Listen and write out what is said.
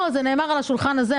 פה זה נאמר, על השולחן הזה.